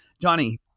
Johnny